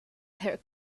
herh